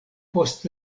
post